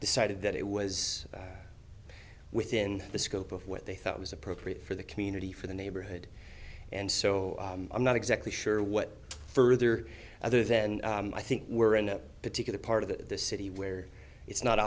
decided that it was within the scope of what they thought was appropriate for the community for the neighborhood and so i'm not exactly sure what further other than i think we're in a particular part of the city where it's not